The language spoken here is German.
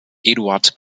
eduard